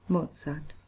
Mozart